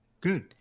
Good